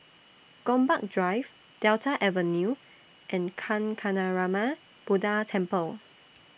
Gombak Drive Delta Avenue and Kancanarama Buddha Temple